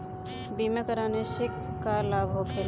बीमा कराने से का लाभ होखेला?